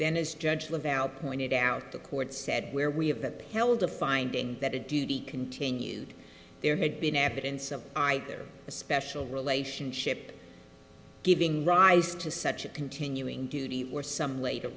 then is judge live out pointed out the court said where we have upheld a finding that a duty continued there had been evidence of either a special relationship giving rise to such a continuing duty or some later